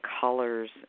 colors